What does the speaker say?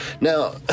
now